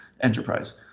enterprise